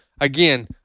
again